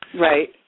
Right